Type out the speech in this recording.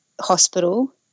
hospital